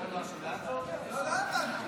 לא הבנתי.